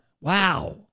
Wow